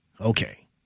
Okay